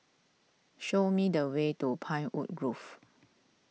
show me the way to Pinewood Grove